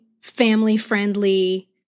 family-friendly